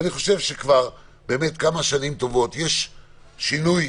כבר כמה שנים טובות יש שינוי